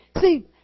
See